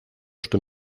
что